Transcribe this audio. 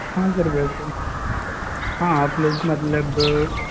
हाँ सर वैसे है हाँ आप लोग मतलब